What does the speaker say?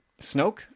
Snoke